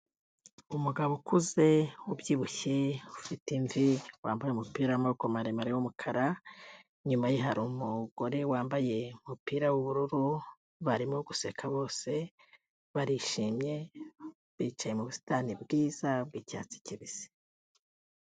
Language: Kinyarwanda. Umugabo ukuze ubyibushye ufite imvi wambaye umupira w'amaboko maremare w'umukara inyuma hari umugore wambaye umupira w'ubururu, barimo guseka bose barishimye bicaye mu busitani bwiza bw'icyatsi kibisi.